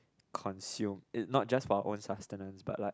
consume it not just about one sustenance but like